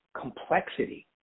complexity